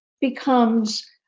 becomes